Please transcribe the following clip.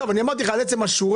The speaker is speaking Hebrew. אמרתי לך על עצם השורה.